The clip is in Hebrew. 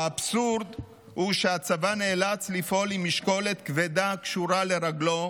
האבסורד הוא שהצבא נאלץ לפעול עם משקולת כבדה קשורה לרגלו,